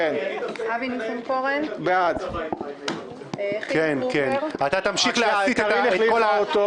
אבי ניסנקורן בעד חילי טרופר ---- קארין אלהרר החליפה אותו,